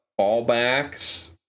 callbacks